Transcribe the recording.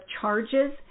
charges